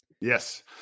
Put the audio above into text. Yes